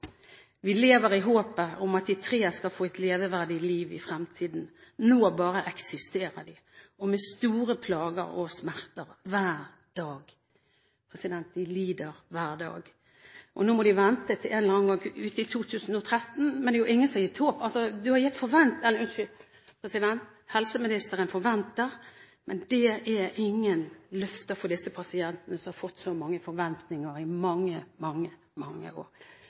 lever i håpet om at de tre skal få et leveverdig liv i fremtiden. Nå bare eksisterer de, og med store plager og smerter hver dag.» De lider hver dag. Nå må de vente til en eller annen gang ut i 2013. Helseministeren forventer, men det er ingen løfter for disse pasientene, med så mange forventninger som det har vært i mange, mange år. Helt til slutt: Jeg har aldri i mitt liv hatt ønske om å bli helseminister. Men sannelig, i